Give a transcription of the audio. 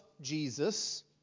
Jesus